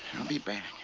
i'll be back.